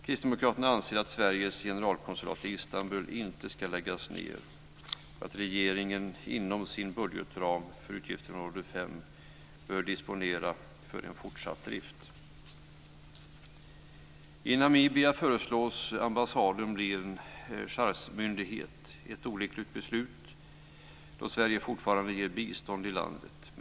Kristdemokraterna anser att Sveriges generalkonsulat i Istanbul inte ska läggas ned och att regeringen inom sin budgetram för utgiftsområde 5 bör disponera för en fortsatt drift. I Namibia föreslås ambassaden bli en chargémyndighet. Det är ett olyckligt beslut, då Sverige fortfarande ger bistånd till landet.